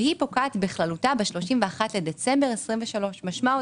והיא פוקעת בכללותה ב-31 בדצמבר 2023. משמע,